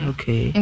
Okay